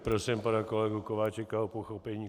Prosím pana kolegu Kováčika o pochopení.